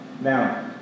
Now